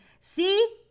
see